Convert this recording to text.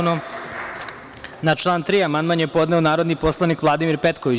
Na član 3. amandman je podneo narodni poslanik Vladimir Petković.